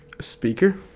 speaker